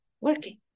working